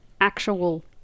actual